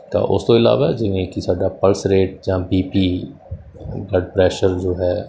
ਤਾਂ ਉਸ ਤੋਂ ਇਲਾਵਾ ਜਿਵੇਂ ਕਿ ਸਾਡਾ ਪਲਸ ਰੇਟ ਜਾਂ ਬੀਪੀ ਬਲੱਡ ਪਰੈਸ਼ਰ ਜੋ ਹੈ